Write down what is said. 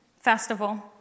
festival